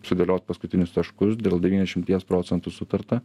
sudėliot paskutinius taškus dėl devyniasdešimties procentų sutarta